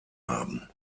haben